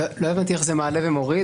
לא הבנתי איך זה מעלה ומוריד.